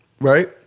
Right